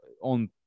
on